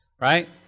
right